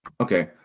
okay